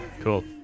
cool